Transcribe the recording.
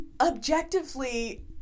Objectively